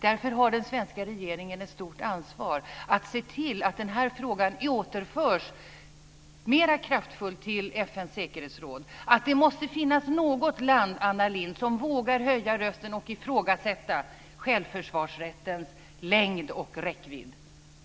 Därför har den svenska regeringen ett stort ansvar att se till att den här frågan mer kraftfullt återförs till FN:s säkerhetsråd. Det måste finnas något land, Anna Lindh, som vågar höja rösten och ifrågasätta självförsvarsrättens längd och räckvidd.